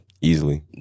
easily